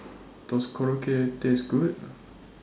Does Korokke Taste Good